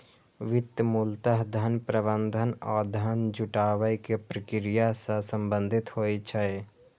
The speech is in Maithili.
वित्त मूलतः धन प्रबंधन आ धन जुटाबै के प्रक्रिया सं संबंधित होइ छै